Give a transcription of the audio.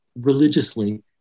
religiously